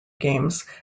games